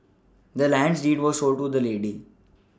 the land's deed was sold to the lady